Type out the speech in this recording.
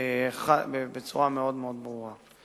בצורה מאוד מאוד ברורה.